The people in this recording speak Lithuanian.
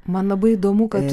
man labai įdomu kad